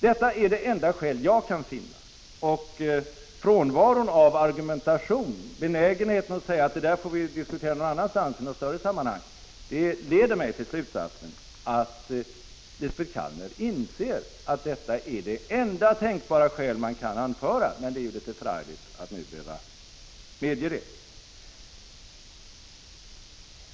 Detta är det enda skäl jag kan finna, och frånvaron av argumentation, benägenheten att säga att det där får vi diskutera någon annan gång i större sammanhang, leder mig till slutsatsen att Lisbet Calner inser att detta är det enda tänkbara skäl man kan anföra, men det är ju litet förargligt att nu behöva medge det.